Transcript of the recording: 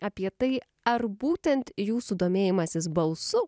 apie tai ar būtent jūsų domėjimasis balsu